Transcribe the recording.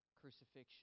crucifixion